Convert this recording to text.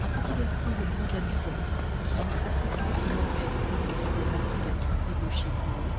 un petit garçon de onze à douze ans qui eût assez correctement réalisé cet idéal du gamin ébauché plus haut